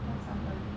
what sunburn